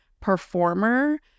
performer